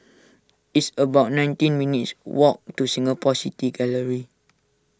it's about nineteen minutes' walk to Singapore City Gallery